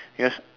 yes